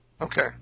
Okay